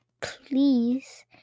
please